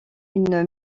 une